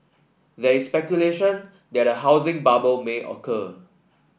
there is speculation that a housing bubble may occur